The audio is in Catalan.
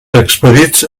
expedits